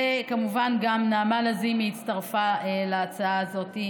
וכמובן גם נעמה לזימי הצטרפה להצעה הזאת.